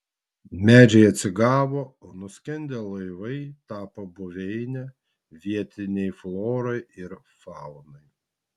medžiai atsigavo o nuskendę laivai tapo buveine vietinei florai ir faunai